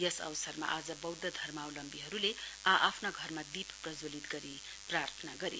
यस अवसरमा आज बौद्ध धर्मावलम्बीहरूले आ आफ्ना घरमा दीप प्रज्वलित गरी प्राथना गरे